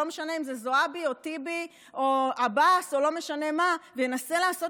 לא משנה אם זה זועבי או טיבי או עבאס או לא משנה מה,